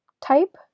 type